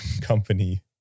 company